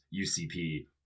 UCP